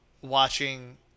watching